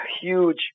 huge